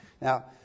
Now